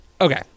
okay